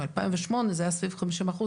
ב-2008 זה היה סביב החמישים אחוז,